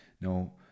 no